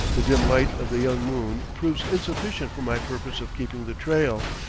the dim light of the young moon proves insufficient for my purpose of keeping the trail,